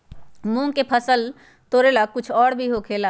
मूंग के फसल तोरेला कुछ और भी होखेला?